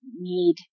need